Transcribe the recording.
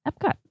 Epcot